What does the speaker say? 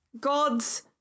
gods